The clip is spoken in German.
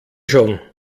schon